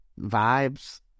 vibes